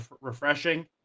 refreshing